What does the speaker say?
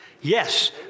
Yes